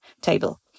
table